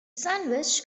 sandwich